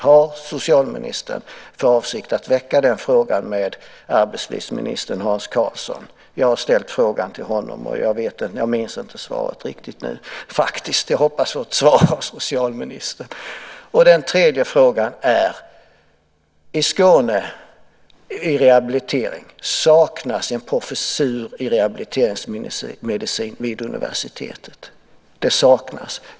Har socialministern för avsikt att väcka den frågan med arbetslivsminister Hans Karlsson? Jag har ställt frågan också till honom, men jag minns faktiskt inte riktigt hans svar. Jag hoppas ändå på ett svar här från socialministern. En tredje fråga berör det förhållandet att det saknas en professur i rehabiliteringsmedicin vid Lunds universitet.